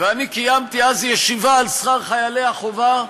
ואני קיימתי אז ישיבה על שכר חיילי החובה,